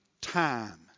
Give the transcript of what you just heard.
time